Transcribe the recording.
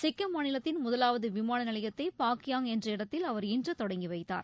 சிக்கிம் மாநிலத்தின் முதலாவது விமான நிலையத்தை பாக்கியாங் என்ற இடத்தில் அவர் இன்று தொடங்கி வைத்தார்